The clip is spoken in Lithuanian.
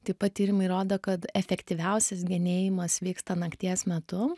taip pat tyrimai rodo kad efektyviausias genėjimas vyksta nakties metu